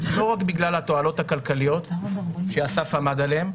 לא רק בגלל התועלות הכלכליות שאסף עמד עליהן,